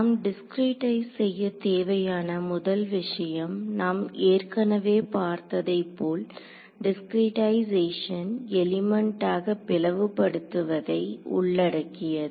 நாம் டிஸ்கிரீட்டைஸ் செய்ய தேவையான முதல் விஷயம் நாம் ஏற்கனவே பார்த்ததைப் போல் டிஸ்கிரீடைசேஷன் எலிமெண்டாக பிளவுபடுத்துவதை உள்ளடக்கியது